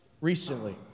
recently